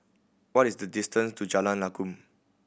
what is the distance to Jalan Lakum